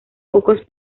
pocos